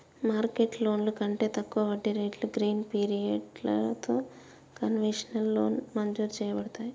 market లోన్లు కంటే తక్కువ వడ్డీ రేట్లు గ్రీస్ పిరియడలతో కన్వెషనల్ లోన్ మంజురు చేయబడతాయి